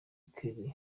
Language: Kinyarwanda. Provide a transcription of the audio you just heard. kelly